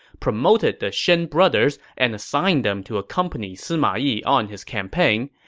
promoted the shen brothers and assigned them to accompany sima yi on his campaign,